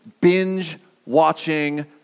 binge-watching